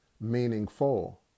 meaningful